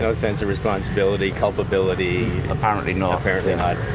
so sense of responsibility, culpability. apparently not. apparently not.